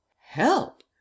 Help